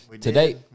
today